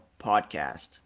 podcast